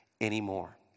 anymore